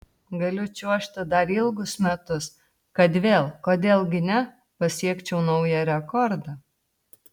galiu čiuožti dar ilgus metus kad vėl kodėl gi ne pasiekčiau naują rekordą